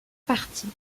parties